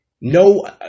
No